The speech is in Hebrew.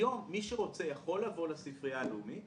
היום מי שרוצה יכול לבוא לספרייה הלאומית